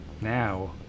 Now